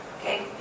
Okay